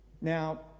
Now